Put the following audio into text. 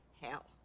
hell